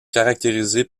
caractérisés